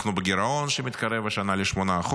אנחנו בגירעון שמתקרב השנה ל-8%.